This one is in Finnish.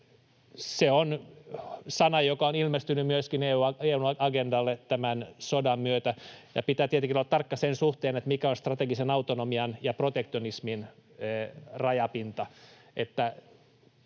Se on sana, joka on ilmestynyt myöskin EU:n agendalle tämän sodan myötä. Ja pitää tietenkin olla tarkka sen suhteen, mikä on strategisen autonomian ja protektionismin rajapinta,